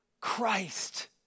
Christ